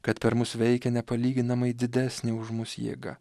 kad per mus veikia nepalyginamai didesnė už mus jėga